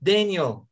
Daniel